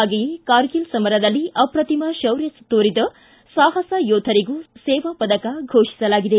ಹಾಗೆಯೇ ಕಾರ್ಗಿಲ್ ಸಮರದಲ್ಲಿ ಅಪ್ರತಿಮ ಶೌರ್ಯ ತೋರಿದ ಸಾಹಸ ಯೋಧರಿಗೂ ಸೇವಾ ಪದಕ ಘೋಷಿಸಲಾಗಿದೆ